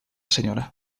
señora